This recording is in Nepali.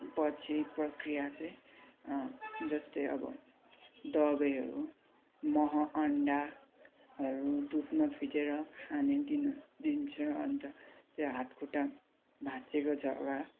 पछि प्रकिया चाहिँ जस्तै अब दबाईहरू मह अन्डाहरू दुधमा फिटेर खाने दिनु दिन्छ अन्त त्यो हातखुट्टा भाँच्चिएको छ वा